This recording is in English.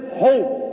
hope